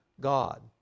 God